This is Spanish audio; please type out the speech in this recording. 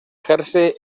jersey